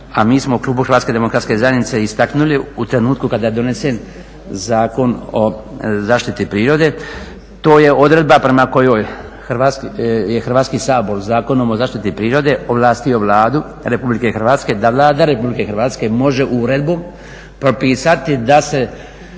a mi smo u klubu HDZ-a istaknuli u trenutku kada je donesen Zakon o zaštiti prirode, to je odredba prema kojoj je Hrvatski sabor Zakonom o zaštiti prirode ovlastio Vladu RH da Vlada RH može uredbom propisati da se